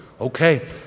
okay